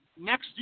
next